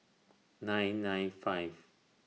nine nine five